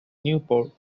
newport